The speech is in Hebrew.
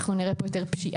אנחנו נראה פה יותר פשיעה,